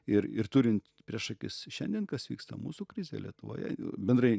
ir ir turint prieš akis šiandien kas vyksta mūsų krizė lietuvoje bendrai